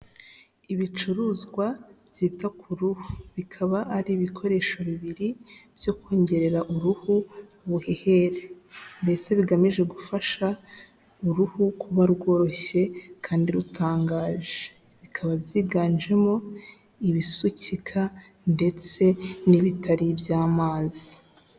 Ibicuruzwa byita k'uruhu, bikaba ari ibikoresho bibiri byo kongerera uruhu ubuhehere mbese bigamije gufasha uruhu kuba rworoshye kandi rutangaje, bikaba byiganjemo ibisukika ndetse n'ibitari iby'amazi.